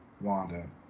Wanda